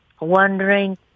wondering